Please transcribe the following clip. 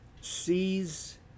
sees